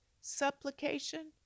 supplication